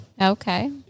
Okay